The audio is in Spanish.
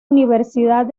universidad